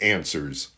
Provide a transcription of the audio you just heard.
Answers